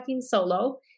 solo